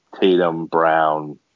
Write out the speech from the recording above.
Tatum-Brown